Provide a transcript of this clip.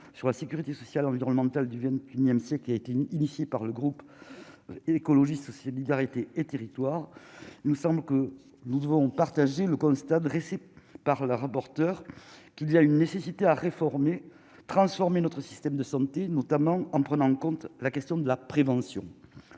sur la sécurité sociale, environnementale du XXIe siècle qui a été initié par le groupe écologiste sociale l'hilarité et territoires, nous sommes que nous devons partager le constat dressé par la rapporteure, qu'il y a une nécessité à réformer transformer notre système de santé notamment en prenant en compte la question de la prévention.